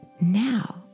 now